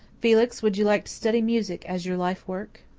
felix, would you like to study music as your life-work?